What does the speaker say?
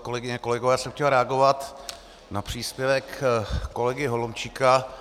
Kolegyně, kolegové, já jsem chtěl reagovat na příspěvek kolegy Holomčíka.